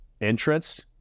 entrance